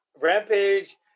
rampage